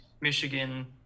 Michigan